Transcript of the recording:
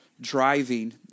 driving